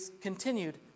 continued